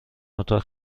اتاق